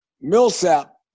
Millsap